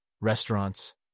restaurants